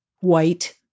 white